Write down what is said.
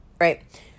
Right